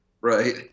right